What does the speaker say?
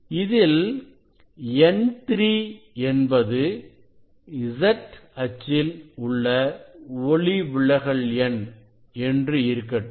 இதில் n3 என்பது z அச்சில் உள்ள ஒளிவிலகல் எண் என்று இருக்கட்டும்